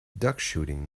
duckshooting